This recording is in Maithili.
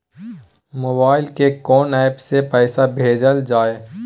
मोबाइल के कोन एप से पैसा भेजल जाए?